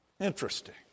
Interesting